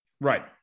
Right